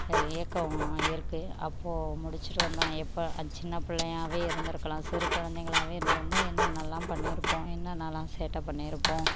ஏக்கம் இருக்கு அப்போ முடிச்சிட்டு வந்தோம் இப்போ அது சின்ன பிள்ளையாவே இருந்துருக்கலாம் சிறு குழந்தைங்களாவே இருந்துருந்தால் என்னென்னல்லாம் பண்ணிருப்போம் என்னென்னலாம் சேட்டை பண்ணிருப்போம்